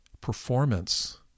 performance